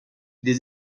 des